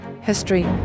history